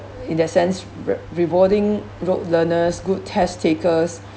in that sense re~ rewarding rote learners good test takers